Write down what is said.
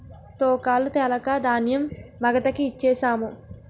తూకాలు తెలక ధాన్యం మగతాకి ఇచ్ఛేససము